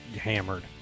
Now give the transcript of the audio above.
hammered